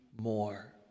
more